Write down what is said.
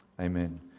Amen